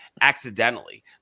accidentally